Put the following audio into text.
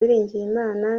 uwiringiyimana